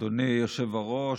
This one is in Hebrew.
אדוני היושב-ראש,